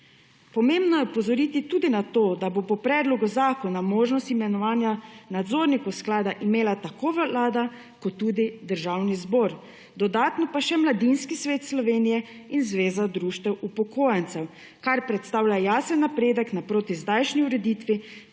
Pomembno je opozoriti tudi na to, da bo po predlogu zakona možnost imenovanja nadzornikov sklada imela tako Vlada, kot tudi Državni zbor, dodatno pa še Mladinski svet Slovenije in Zveza društev upokojencev, kar predstavlja jasen napreden naproti zdajšnji ureditvi,